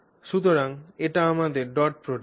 সুতরাং এটি আমাদের ডট প্রোডাক্ট